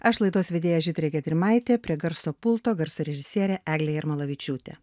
aš laidos vedėja žydrė gedrimaitė prie garso pulto garso režisierė eglė jarmolavičiūtė